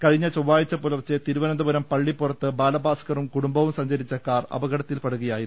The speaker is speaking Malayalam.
കഴിഞ്ഞ ചൊവ്വാഴ്ച പുലർച്ചെ തിരുവനന്തപുരം പള്ളിപ്പുറത്ത് ബാലഭാസ്കറും കുടുംബവും സഞ്ചരിച്ച കാർ അപകടത്തിൽപെടുകയായിരുന്നു